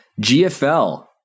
GFL